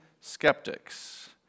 skeptics